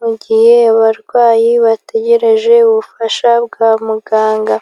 mu gihe abarwayi bategereje ubufasha bwa muganga.